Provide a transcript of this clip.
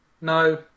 no